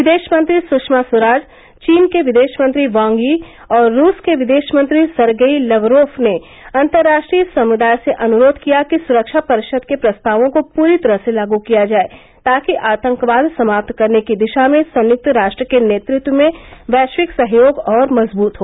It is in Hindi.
विदेश मंत्री सुषमा स्वराज चीन के विदेश मंत्री वांग यी और रूस के विदेश मंत्री सरगेई लवरोफ ने अन्तर्राष्ट्रीय समुदाय से अनुरोध किया कि सुरक्षा परिषद के प्रस्तावों को पूरी तरह लागू किया जाये ताकि आतंकवाद समाप्त करने की दिशा में संयुक्त राष्ट्र के नेतृत्व में वैश्विक सहयोग और मजबूत हो